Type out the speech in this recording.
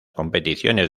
competiciones